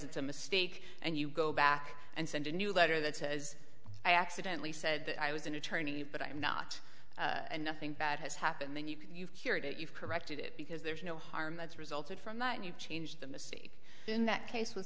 it's a mistake and you go back and send a new letter that says i accidentally said that i was an attorney but i'm not and nothing bad has happened then you can hear it you've corrected it because there's no harm that's resulted from that you change the mistake in that case was